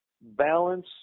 balance